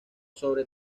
sobre